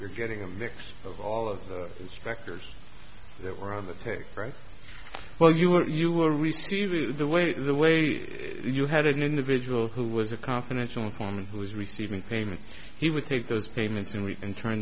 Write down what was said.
you're getting a mix of all of the inspectors that were on the take right while you were you were receiving to the way the way you had an individual who was a confidential informant who is receiving payments he would take those payments and we can turn